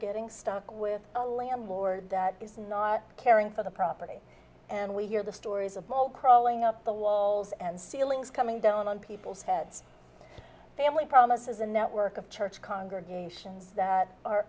getting stuck with a landlord that is not caring for the property and we hear the stories of all crawling up the walls and ceilings coming down on people's heads family promises a network of church congregations that are